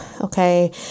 Okay